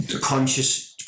conscious